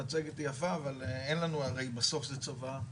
המצגת יפה אבל הרי בסוף זה צבא,